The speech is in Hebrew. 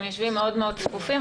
אתם יושבים מאוד צפופים,